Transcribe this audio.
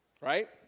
Right